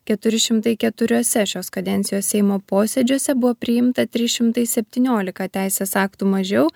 keturi šimtai keturiuose šios kadencijos seimo posėdžiuose buvo priimta trys šimtai septyniolika teisės aktų mažiau